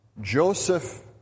Joseph